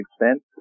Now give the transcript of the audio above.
extent